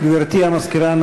גברתי המזכירה,